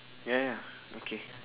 ya ya okay